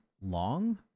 long